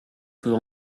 peut